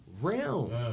realm